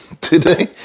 Today